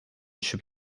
should